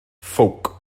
ffowc